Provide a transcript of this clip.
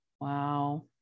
Wow